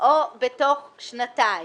או תוך שנתיים.